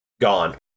gone